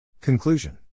Conclusion